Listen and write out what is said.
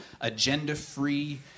agenda-free